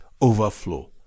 overflow